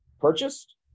purchased